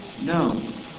No